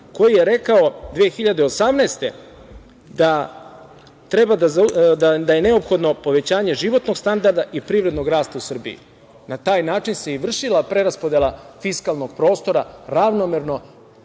koji je rekao 2018. da je neophodno povećanje životnog standarda i privrednog rasta u Srbiji. Na taj način se i vršila preraspodela fiskalnog prostora ravnomerno